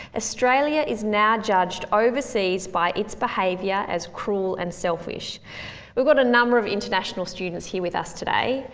australia is now judged overseas by its behaviour as cruel and selfish we've got a number of international students here with us today.